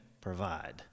provide